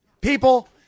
People